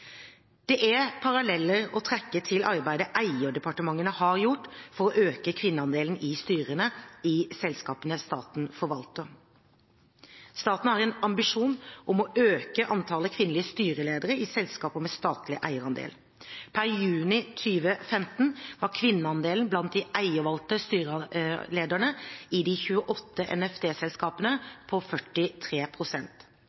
Det er paralleller å trekke til arbeidet eierdepartementene har gjort for å øke kvinneandelen i styrene i selskapene staten forvalter. Staten har en ambisjon om å øke antallet kvinnelige styreledere i selskaper med statlig eierandel. Per juni 2015 var kvinneandelen blant de eiervalgte styrelederne i de 28